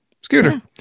Scooter